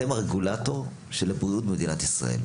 אתם הרגולטור של הבריאות במדינת ישראל.